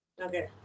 Okay